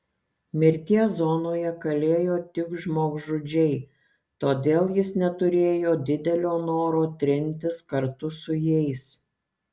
mirties zonoje kalėjo tik žmogžudžiai todėl jis neturėjo didelio noro trintis kartu su jais